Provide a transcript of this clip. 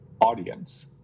audience